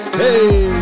hey